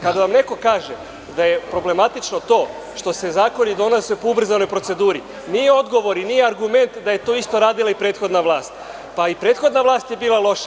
Kada vam neko kaže da je problematično to što se zakoni donose po ubrzanoj proceduri, nije odgovor i nije argument da je to isto radila prethodna vlast, pa i prethodna vlast je bila loša.